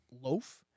loaf